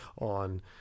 on